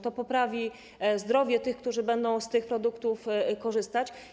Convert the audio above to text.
To poprawi zdrowie tych, którzy będą z tych produktów korzystać.